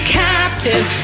captive